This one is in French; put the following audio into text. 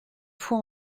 foi